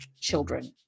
children